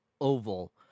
oval